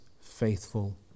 faithful